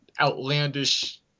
outlandish